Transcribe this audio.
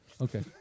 Okay